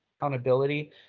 accountability